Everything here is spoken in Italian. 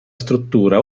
struttura